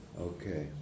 Okay